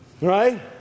right